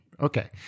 Okay